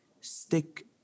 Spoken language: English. stick